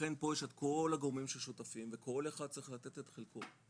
לכן פה יש את כל הגורמים ששותפים וכל אחד צריך לתת את חלקו,